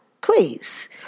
please